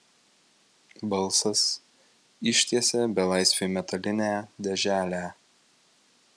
balsas ištiesė belaisviui metalinę dėželę